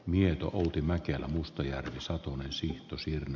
mieto outi mäkelä mustajärvi saatu myös toisin